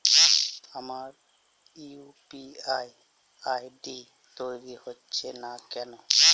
আমার UPI ID তৈরি হচ্ছে না কেনো?